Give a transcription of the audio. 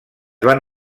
van